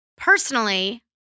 Personally